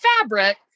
fabric